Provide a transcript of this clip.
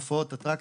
אטרקציות,